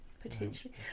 potentially